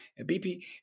BP